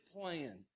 plan